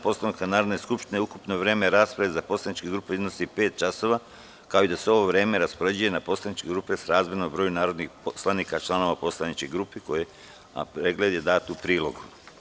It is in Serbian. Poslovnika Narodne skupštine, ukupno vreme rasprave za posleničke grupe iznosi pet časova, kao i da se ovo vreme raspoređuje na poslaničke grupe srazmerno broju narodnih poslova članova poslaničkih grupa, a materijal ste dobili u prilogu.